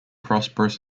prosperous